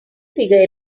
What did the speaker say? figure